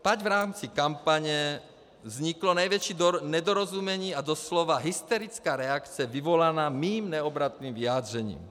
Tak v rámci kampaně vzniklo největší nedorozumění a doslova hysterická reakce vyvolaná mým neobratným vyjádřením.